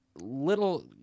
little